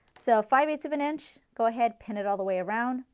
so five eight ths of an inch go ahead, pin it all the way around,